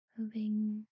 moving